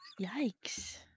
Yikes